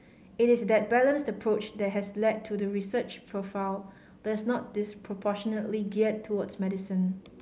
it is that balanced approach that has led to the research profile that is not disproportionately geared towards medicine